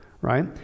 right